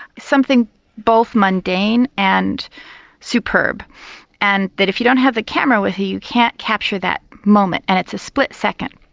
something both mundane and superb and then if you don't have the camera with you you can't capture that moment and it's a split second.